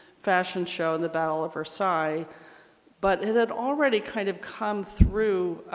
fashion show in the battle of versailles but it had already kind of come through